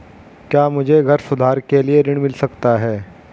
क्या मुझे घर सुधार के लिए ऋण मिल सकता है?